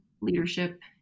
leadership